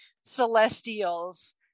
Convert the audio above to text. celestials